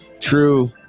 True